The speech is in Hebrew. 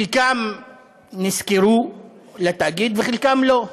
חלקם נשכרו לתאגיד וחלקם לא,